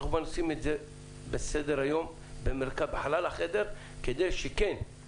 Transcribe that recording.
אנחנו שמים את זה על סדר היום בחלל החדר כדי שכן,